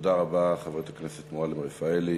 תודה רבה, חברת הכנסת מועלם-רפאלי.